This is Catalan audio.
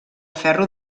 ferro